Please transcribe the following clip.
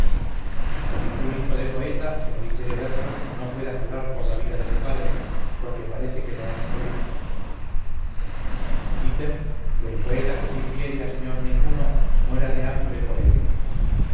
que ningún hijo de poeta que no hiciere versos no pueda jurar por vida de su padre porque parece que no es su hijo item que el poeta que sirviere a señor ninguno muera de hambre por ello